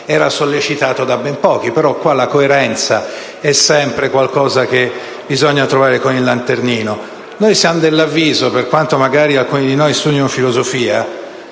era sollecitato da ben pochi. Ma qua la coerenza è sempre qualcosa che bisogna trovare con il lanternino. Noi siamo dell'avviso (per quanto magari alcuni di noi studino filosofia)